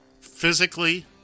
physically